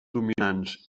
dominants